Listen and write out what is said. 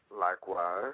Likewise